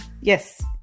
Yes